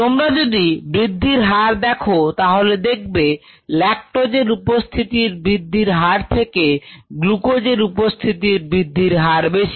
তোমরা যদি বৃদ্ধির হার দেখো তাহলে দেখবে ল্যাকটোজের উপস্থিতির বৃদ্ধির হার থেকে গ্লুকোজের উপস্থিতির বৃদ্ধির হার বেশি